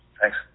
Thanks